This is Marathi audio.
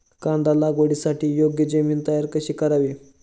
कांदा लागवडीसाठी योग्य जमीन तयार कशी करावी?